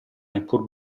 neppur